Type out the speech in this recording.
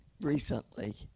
recently